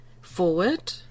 forward